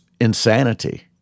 insanity